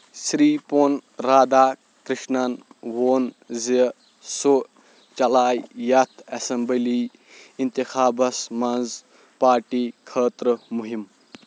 سِری پون رادھا کِرٛشنَنن ووٚن زِ سُہ چلاوِ یتھ ایٚسمبلی اِنتِخابس منٛز پارٹی خٲطرٕ مُہِم